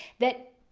that.